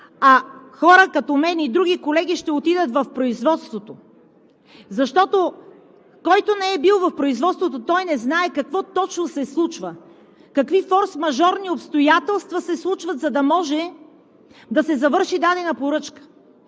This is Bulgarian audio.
а хора като мен и други колеги ще отидат в производството. Защото, който не е бил в производството, той не знае какво точно се случва – какви форсмажорни обстоятелства се случват, за да може да се завърши дадена поръчка,